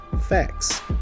facts